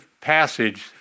passage